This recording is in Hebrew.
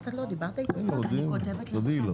תודה.